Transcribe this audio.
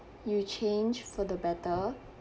you change for the better